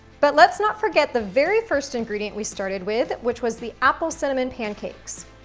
but let's not forget the very first ingredient we started with, which was the apple cinnamon pancakes.